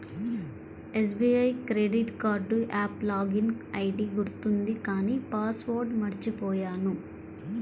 SBI credit card app login ID గుర్తుంది కానీ password మర్చిపొయ్యాను